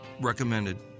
recommended